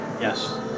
Yes